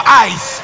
eyes